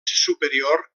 superior